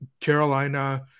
Carolina